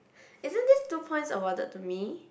isn't this two points awarded to me